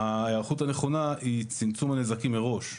ההיערכות הנכונה היא צמצום הנזקים מראש.